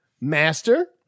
Master